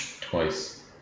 twice